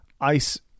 ice